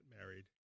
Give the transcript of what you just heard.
married